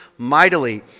mightily